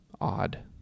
odd